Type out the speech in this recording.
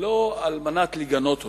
לא לגנות אותו.